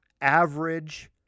average